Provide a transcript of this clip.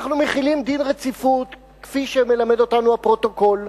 אנחנו מחילים דין רציפות כפי שמלמד אותנו הפרוטוקול,